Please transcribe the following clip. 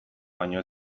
baino